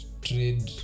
trade